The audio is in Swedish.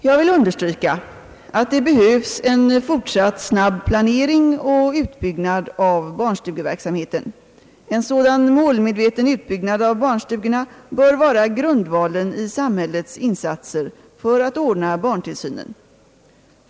Jag vill understryka att det behövs en fortsatt snabb planering och utbyggnad av barnstugeverksamheten. En sådan målmedveten utbyggnad av barnstugorna bör vara grundvalen för samhällets insatser för att ordna barntillsynen.